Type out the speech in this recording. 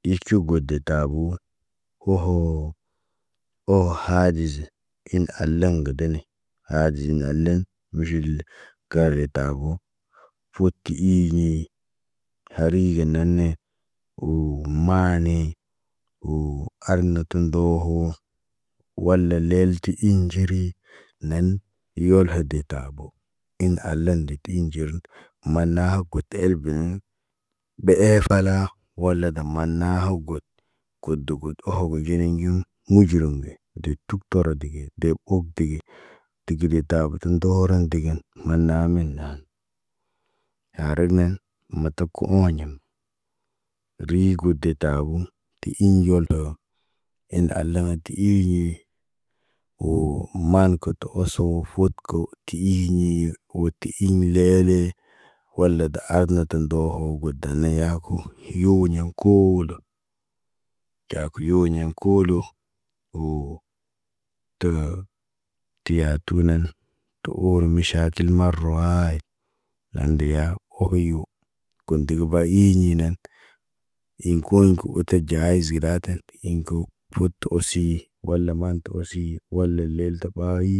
ti ʃu got deboo, hoho, oho haɟizi in al laŋg ga dene haaɟin aalen miʃil kaade tabo. Ʃuut ti iɲii, hari ge neene, woo maane, woo arnətə ndoho, wala lel ti iŋg nɟiri, neen iyol ha detabo. Iŋg hal lan ndə tə iŋg nɟri maanna hag got te elbenn. Be eef allah, wala ga maanna got. Kud dugud oho ga nɟelinɟim, muɟurum ge, de tərup toro dege, de up dege. Tigini dabətə ndooron digin, munaaniy naan. Haarun neen, mataka ooɲon. Rii got detabu ti, iŋg nɟol toho. En al laŋga ti iɲi, woo, maan kətə oso fuut ko ti iiɲi fuut ti iɲ leelee. Wal la da- aagə tə ndoho, wo got dal daana yaako iyooɲiŋg koolo. ɟaa kuyu ɲaŋg koolo, hoo təhə, te yatu naan tu ooro miʃakil marawaayit. Landeya, ohiyo, kum degi ba iiyenen. Iŋg koowiŋg ko əta ɟaayiz gə daatə, iŋg ko bərəb to osii, wala maŋg tu osi, wala lel ta ɓayi.